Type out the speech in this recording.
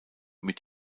mit